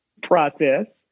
process